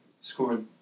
scored